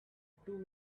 too